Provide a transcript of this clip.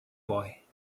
boy